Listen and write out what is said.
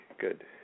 good